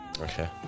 Okay